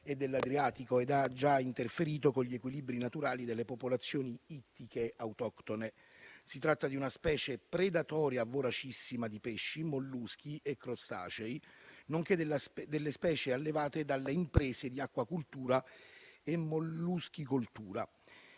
dell'Adriatico ed ha già interferito con gli equilibri naturali delle popolazioni ittiche autoctone. Si tratta di una specie predatoria voracissima di pesci, molluschi e crostacei, nonché delle specie allevate dalle imprese di acquacoltura e molluschicoltura.